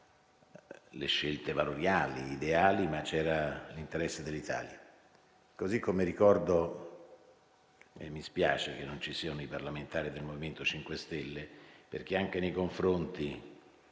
le scelte valoriali e ideali; ma c'era l'interesse dell'Italia. Così come ricordo - e mi spiace che non ci siano i parlamentari del MoVimento 5 Stelle - che anche nei confronti